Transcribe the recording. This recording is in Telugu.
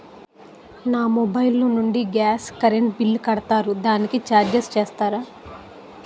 మా మొబైల్ లో నుండి గాస్, కరెన్ బిల్ కడతారు దానికి చార్జెస్ చూస్తారా?